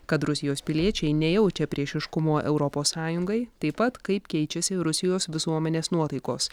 kad rusijos piliečiai nejaučia priešiškumo europos sąjungai taip pat kaip keičiasi rusijos visuomenės nuotaikos